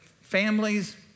families